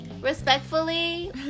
Respectfully